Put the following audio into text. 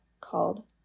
called